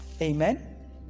Amen